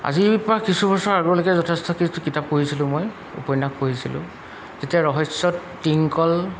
আজিৰ পৰা কিছু বছৰ আগলৈকে যথেষ্ট কিছু কিতাপ পঢ়িছিলোঁ মই উপন্যাস পঢ়িছিলোঁ তেতিয়া ৰহস্যত তিংকল